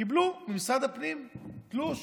קיבלו ממשרד הפנים תלוש,